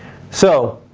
so,